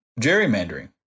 gerrymandering